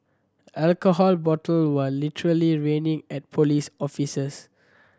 alcohol bottle were literally raining at police officers